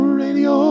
radio